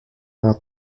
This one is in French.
vingt